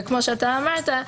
כמו שאמרת,